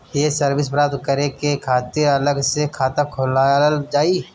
ये सर्विस प्राप्त करे के खातिर अलग से खाता खोलल जाइ?